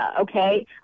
okay